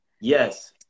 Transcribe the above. Yes